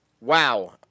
Wow